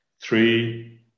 Three